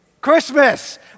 Christmas